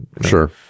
sure